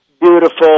beautiful